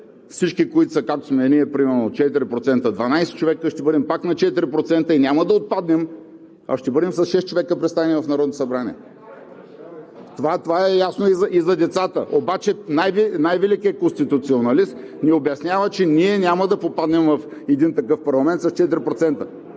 всички, които са, както сме ние например 4% – 12 човека, ще бъдем пак на 4% и няма да отпаднем, а ще бъдем представени с шест човека в Народното събрание. Това е ясно и за децата. Обаче най-великият конституционалист ми обяснява, че ние няма да попаднем в един такъв парламент с 4%,